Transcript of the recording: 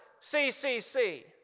CCC